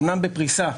אומנם בפריסה,